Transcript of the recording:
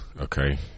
okay